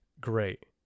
great